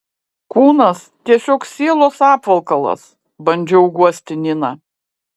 kūnas tiesiog sielos apvalkalas bandžiau guosti niną